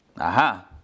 Aha